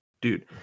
Dude